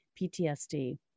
PTSD